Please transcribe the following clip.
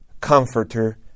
Comforter